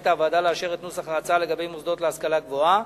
החליטה הוועדה לאשר את נוסח ההצעה לגבי מוסדות להשכלה גבוהה,